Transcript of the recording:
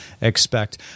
expect